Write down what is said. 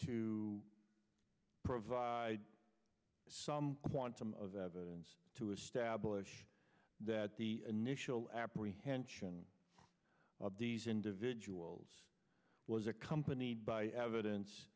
to provide some quantum of evidence to establish that the initial apprehension of these individuals was accompanied by evidence